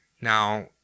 Now